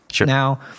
Now